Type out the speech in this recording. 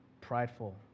prideful